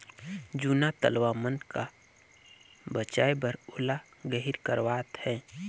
जूना तलवा मन का बचाए बर ओला गहिर करवात है